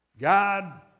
God